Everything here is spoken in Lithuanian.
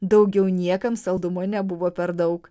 daugiau niekam saldumo nebuvo per daug